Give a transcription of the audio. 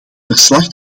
verslag